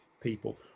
people